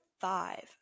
five